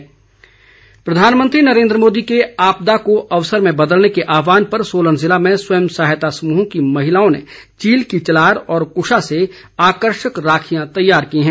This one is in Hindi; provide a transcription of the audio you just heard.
प्रदर्शनी प्रधानमंत्री नरेन्द्र मोदी के आपदा को अवसर में बदलने के आहवान पर सोलन जिला में स्वयं सहायता समूहों की महिलाओं ने चील की चलार व कृषा से आकर्षक राखियां तैयार की हैं